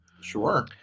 Sure